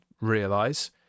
realize